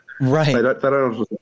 Right